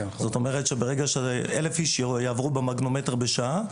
זאת אומרת, ברגע ש-1,000 איש יעברו במגנומטר בשעה,